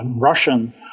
Russian